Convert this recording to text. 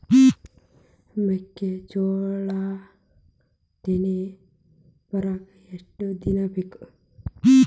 ಮೆಕ್ಕೆಜೋಳಾ ತೆನಿ ಬರಾಕ್ ಎಷ್ಟ ದಿನ ಬೇಕ್?